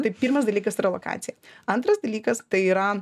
tai pirmas dalykas yra lokacija antras dalykas tai yra